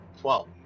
Twelve